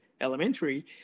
elementary